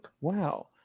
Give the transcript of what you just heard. wow